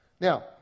Now